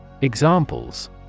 Examples